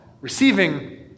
receiving